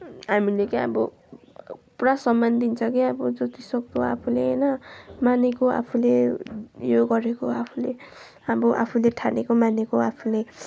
हामीले के अब पुरा सम्मान दिन्छ के जतिसक्दो आफूले होइन मानेको आफूले यो गरेको आफूले अब आफूले ठानेको मानेको आफूले